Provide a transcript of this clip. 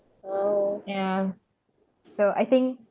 ya so I think